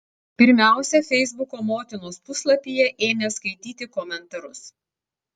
pirmiausia feisbuko motinos puslapyje ėmė skaityti komentarus